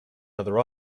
other